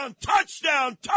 touchdown